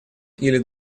или